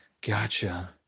Gotcha